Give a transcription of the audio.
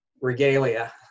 regalia